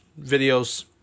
videos